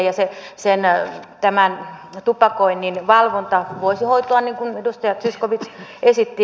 ja tämä tupakoinnin valvonta voisi hoitua niin kuin edustaja zyskowicz esitti